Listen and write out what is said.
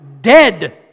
dead